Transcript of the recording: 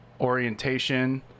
orientation